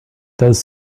does